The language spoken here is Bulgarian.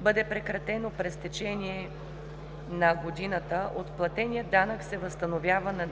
бъде прекратено през течение на годината, от платения данък се възстановява